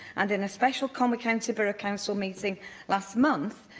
and in a special conwy county borough council meeting last month,